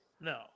No